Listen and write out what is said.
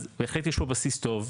אז בהחלט יש פה בסיס טוב,